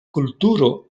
kulturo